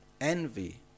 envy